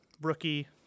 Rookie